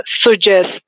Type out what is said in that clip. suggest